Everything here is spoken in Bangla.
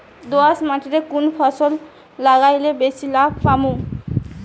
দোয়াস মাটিতে কুন ফসল লাগাইলে বেশি লাভ পামু?